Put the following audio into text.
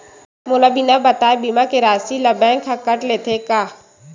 मोला बिना बताय का बीमा के राशि ला बैंक हा कत लेते का?